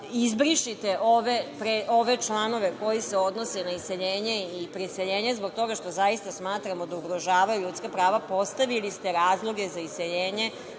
opasno. Izbrišite ove članove koji se odnose na iseljenje i preseljenje zbog toga što zaista smatramo da ugrožavaju ljudska prava. Postavili ste razloge za iseljenje